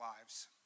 lives